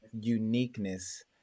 uniqueness